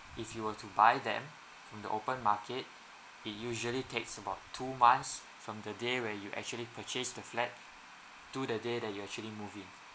if you were to buy them from the open market it usually takes about two months from the day when you actually purchased the flat to the day that you actually move in